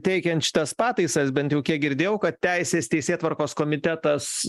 teikiant šitas pataisas bent jau kiek girdėjau kad teisės teisėtvarkos komitetas